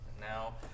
Now